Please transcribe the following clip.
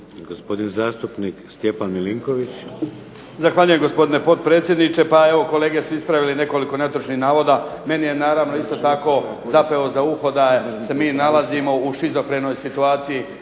**Milinković, Stjepan (HDZ)** Zahvaljujem gospodine potpredsjedniče. Pa evo kolege su ispravili nekoliko netočnih navoda, meni je naravno isto tako zapeo za uho da se mi nalazimo u šizofrenoj situaciji.